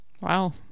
wow